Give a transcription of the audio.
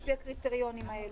על פי הקריטריונים האלה.